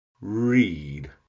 read